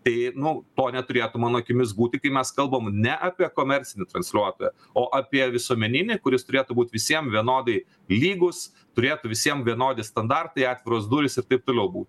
tai nu to neturėtų mano akimis būti kai mes kalbam ne apie komercinį transliuotoją o apie visuomeninį kuris turėtų būt visiem vienodai lygus turėtų visiem vienodi standartai atviros durys ir taip toliau būt